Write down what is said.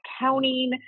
accounting